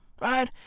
Right